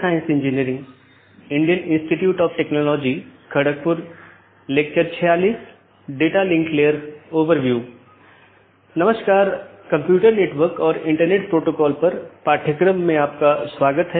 जैसा कि हम पिछले कुछ लेक्चरों में आईपी राउटिंग पर चर्चा कर रहे थे आज हम उस चर्चा को जारी रखेंगे